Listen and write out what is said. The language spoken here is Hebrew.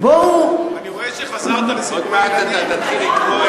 בואו, אני רואה שחזרת לסיפורי ילדים.